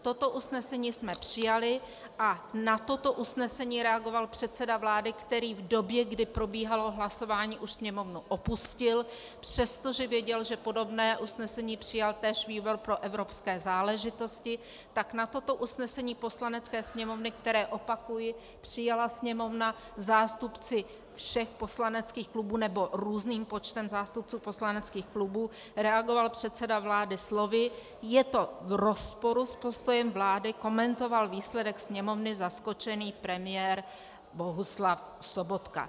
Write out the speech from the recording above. Toto usnesení jsme přijali a na toto usnesení reagoval předseda vlády který v době, kdy probíhalo hlasování, už Sněmovnu opustil , přestože věděl, že podobné usnesení přijal též výbor pro evropské záležitosti, na toto usnesení Poslanecké sněmovny, které, opakuji, přijala Sněmovna zástupci všech poslaneckých klubů, nebo různým počtem zástupců poslaneckých klubů, reagoval předseda vlády slovy: je to v rozporu s postojem vlády komentoval výsledek Sněmovny zaskočený premiér Bohuslav Sobotka.